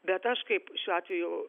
bet aš kaip šiuo atveju